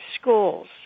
schools